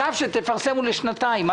הצו שתפרסם הוא לשנתיים.